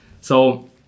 So-